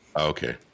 Okay